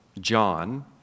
John